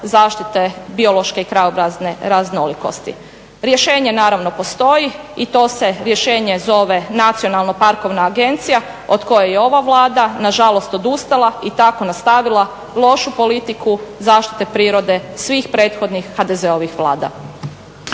zaštite biološke i krajobrazne raznolikosti. Rješenje naravno postoji i to se rješenje zove Nacionalno parkovna agencija od koje je i ova Vlada nažalost odustala i tako nastavila lošu politiku zaštitu prirode svih prethodnih HDZ-ovih vlada.